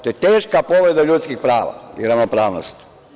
To je teška povreda ljudskih prava i ravnopravnosti.